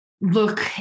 look